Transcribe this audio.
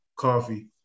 Coffee